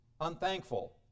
unthankful